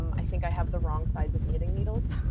um i think i have the wrong size of knitting needles,